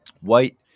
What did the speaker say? White